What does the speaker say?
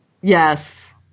Yes